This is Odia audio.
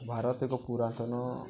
ଭାରତ ଏକ ପୁରାତନ